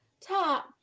top